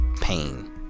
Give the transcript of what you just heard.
pain